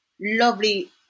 Lovely